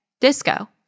Disco